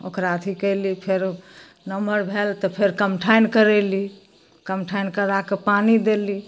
ओकरा अथी कएलहुँ फेरो नमहर भेल तऽ फेर कमठानि करेलहुँ कमठानि कराकऽ पानी देलहुँ